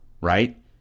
right